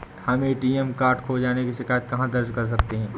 हम ATM card खो जाने की शिकायत कहाँ दर्ज कर सकते हैं?